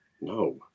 No